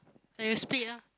and you spilt ah